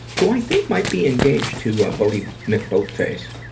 who i think might be engaged to ah boaty mcboatface,